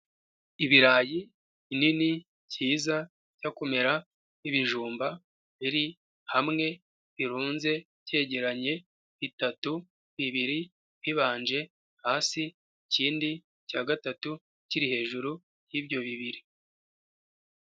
Ibirayi binini cyiza bijya kumera nk'ibijumba biri hamwe birunze byegeranye bitatu bibiri bibanje hasi ikindi cya gatatu kiri hejuru y'ibyo bibiri.